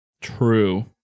true